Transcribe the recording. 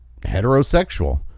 heterosexual